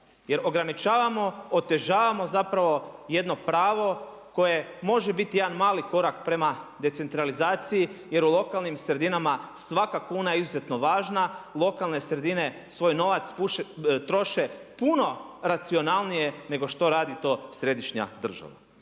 jer ograničavamo, otežavamo zapravo jedno pravo koje može biti jedan mali korak prema decentralizaciji jer u lokalnim sredinama svaka kuna je izuzetno važna, lokalne sredine svoj novac troše puno racionalnije nego što radi to središnja država.